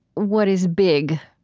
what is big,